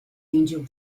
angel